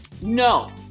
no